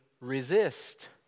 resist